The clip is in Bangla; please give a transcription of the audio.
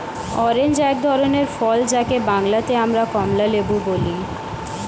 অরেঞ্জ এক ধরনের ফল যাকে বাংলাতে আমরা কমলালেবু বলি